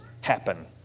happen